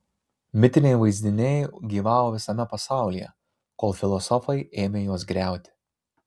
mitiniai vaizdiniai gyvavo visame pasaulyje kol filosofai ėmė juos griauti